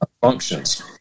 functions